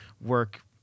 work